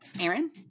aaron